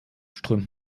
strömt